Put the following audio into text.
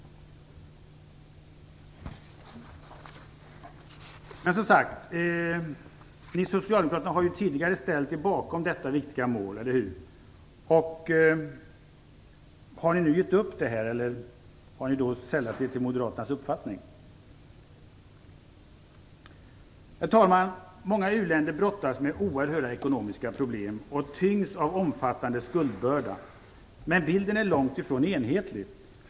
Men ni socialdemokrater har ju tidigare ställt er bakom detta viktiga mål, eller hur? Har ni nu gett upp detta och sällat er till moderaternas uppfattning? Herr talman! Många u-länder brottas med oerhörda ekonomiska problem och tyngs av en omfattande skuldbörda. Men bilden är långt ifrån enhetlig.